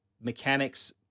mechanics